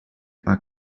are